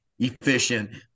efficient